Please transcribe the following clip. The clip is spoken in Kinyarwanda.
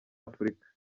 afurika